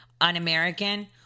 Un-American